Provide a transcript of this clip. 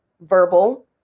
verbal